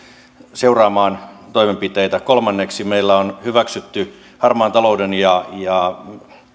seuraamaan toimenpiteitä kolmanneksi meillä on hyväksytty harmaan talouden ja ja